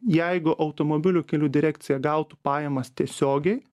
jeigu automobilių kelių direkcija gautų pajamas tiesiogiai